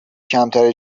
کمتری